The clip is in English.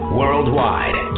worldwide